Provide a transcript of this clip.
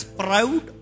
proud